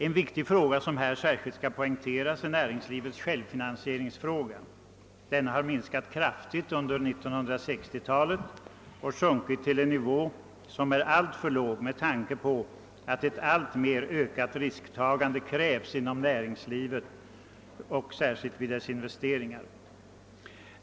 En viktig fråga som här särskilt skall poängteras är näringslivets självfinansiering. Denna har minskat kraftigt under 1960-talet och sjunkit till en nivå som är alltför låg med tanke på att ett alltmer ökat risktagande krävs av näringslivet, särskilt vid dess investeringar.